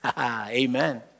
Amen